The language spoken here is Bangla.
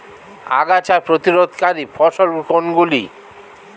আগাছা প্রতিরোধকারী ফসল কোনগুলি?